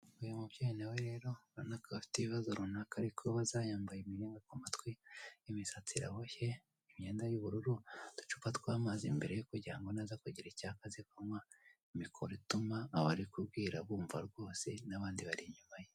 Uyu mubyeyi nawe rero ubonako afite ibibazo runaka ari kubaza, yambaye imiringa kumatwi imisatsi iraboshye, imyenda y'ubururu uducupa tw'amazi imbere ye kugirango naza kugira icyaka aze kunywa, mikoro ituma abo ari kubwira bumva rwose n'abandi bari inyuma ye.